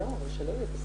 (היו"ר עודד פורר,